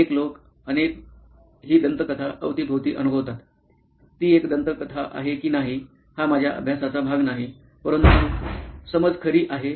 अनेक लोक अनेक लोक हि दंतकथा अवतीभवती अनुभवतात ती एक दंतकथा आहे की नाही हा माझ्या अभ्यासाचा भाग नाही परंतु समज खरी आहे